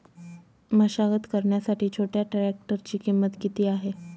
मशागत करण्यासाठी छोट्या ट्रॅक्टरची किंमत किती आहे?